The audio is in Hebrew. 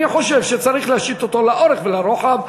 אני חושב שצריך להשית אותו לאורך ולרוחב,